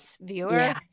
viewer